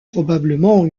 probablement